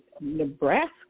Nebraska